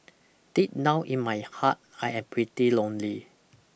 deep now in my heart I'm pretty lonely